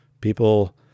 people